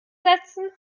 setzen